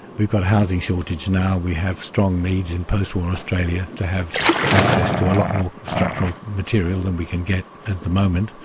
we've got housing shortage now, we have strong needs in post-war australia to have access to a lot more structural material than we can get at the moment.